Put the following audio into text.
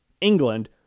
England